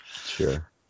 sure